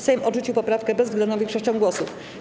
Sejm odrzucił poprawkę bezwzględną większością głosów.